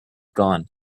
gone